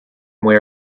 wear